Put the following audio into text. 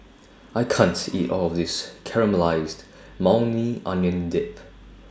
I can't eat All of This Caramelized Maui Onion Dip